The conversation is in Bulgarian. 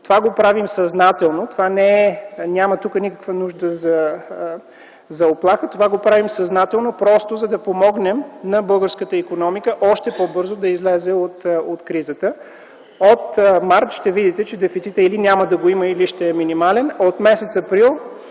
Това го правим съзнателно. Тук няма никаква нужда от уплаха. Това го правим съзнателно просто за да помогнем на българската икономика още по-бързо да излезе от кризата. От м. март ще видите, че дефицитът или няма да го има, или ще е минимален, а от м. април